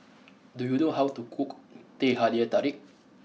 do you know how to cook Teh Halia Tarik